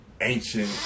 ancient